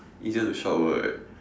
easier to shower right